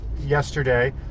yesterday